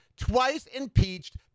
twice-impeached